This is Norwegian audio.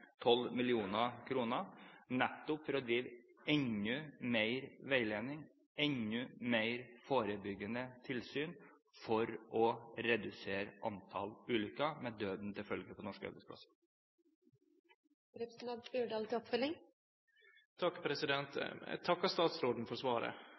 nettopp for å gi enda mer veiledning og å gjennomføre forebyggende tilsyn, for å redusere antall ulykker med døden til følge på norske arbeidsplasser.